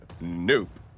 Nope